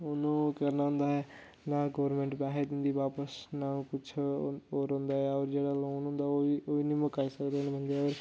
ओह् करना होंदा ऐ ना गौरमेंट पैहे दिन्दी बापस ना कुछ ओह् होर होंदा ऐ जेहड़ा लोन होंदा ओह् बी निं मकाई सकदे हैन